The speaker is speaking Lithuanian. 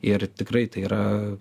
ir tikrai tai yra